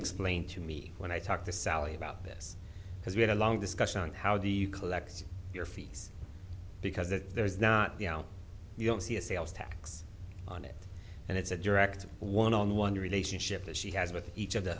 explained to me when i talked to sally about this because we had a long discussion on how do you collect your fees because there's not the out you don't see a sales tax on it and it's a direct one on one relationship that she has with each of the